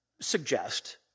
suggest